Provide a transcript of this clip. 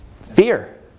Fear